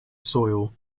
soil